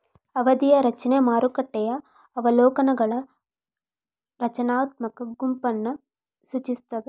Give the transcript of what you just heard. ಅವಧಿಯ ರಚನೆ ಮಾರುಕಟ್ಟೆಯ ಅವಲೋಕನಗಳ ರಚನಾತ್ಮಕ ಗುಂಪನ್ನ ಸೂಚಿಸ್ತಾದ